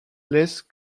less